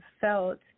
felt